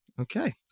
Okay